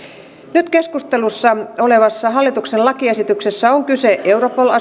nyt keskustelussa olevassa hallituksen lakiesityksessä on kyse europol